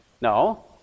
No